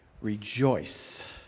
rejoice